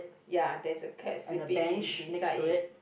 ya there's a cat sleeping be~ beside it